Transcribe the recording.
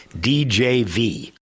DJV